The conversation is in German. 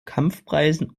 kampfpreisen